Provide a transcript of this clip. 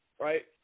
right